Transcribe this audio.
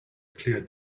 clear